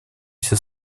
все